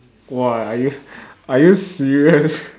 !wah! are you are you serious